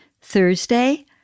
Thursday